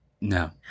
No